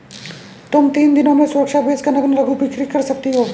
तुम तीन दिनों में सुरक्षा बेच कर नग्न लघु बिक्री कर सकती हो